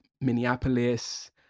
Minneapolis